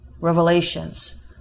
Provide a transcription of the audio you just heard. revelations